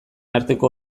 arteko